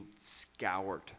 scoured